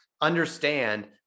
understand